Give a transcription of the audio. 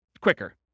quicker